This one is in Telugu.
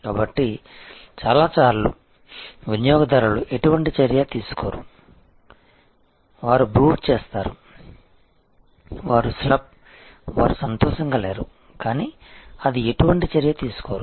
కాబట్టి చాలా సార్లు వినియోగదారులు ఎటువంటి చర్య తీసుకోరు వారు బ్రూడ్ చేస్తారు వారు స్లప్ వారు సంతోషంగా లేరు కానీ అది ఎటువంటి చర్య తీసుకోరు